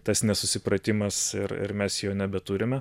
tas nesusipratimas ir ir mes jo nebeturime